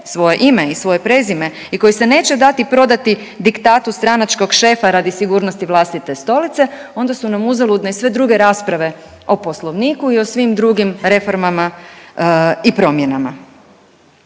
svoje ime i svoje prezime i koji se neće dati prodati diktatu stranačkog šefa radi sigurnosti vlastite stolice onda su nam uzaludne sve druge rasprave o poslovniku i o svim drugim reformama i promjenama.